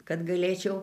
kad galėčiau